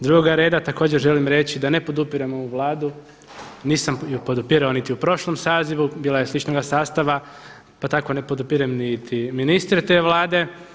Drugo također želim reći da ne podupirem ovu Vladu, nisam je podupirao ni u prošlom sazivu, bila je sličnoga sastava, pa tako ne podupirem niti ministre te Vlade.